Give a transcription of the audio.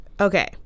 Okay